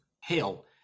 Hell